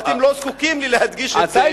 ואתם לא זקוקים לי להדגיש את זה,